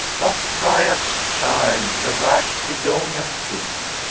thus dryas' child, the rash edonian king,